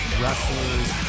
wrestlers